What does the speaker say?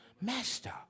Master